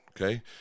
Okay